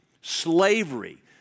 Slavery